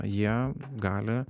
jie gali